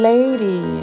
Lady